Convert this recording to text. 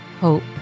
hope